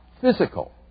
physical